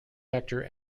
actor